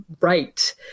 right